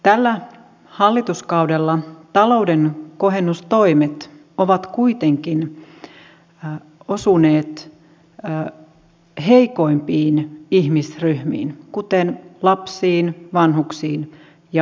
tällä hallituskaudella talouden kohennustoimet ovat kuitenkin osuneet heikoimpiin ihmisryhmiin kuten lapsiin vanhuksiin ja vammaisiin